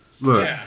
Look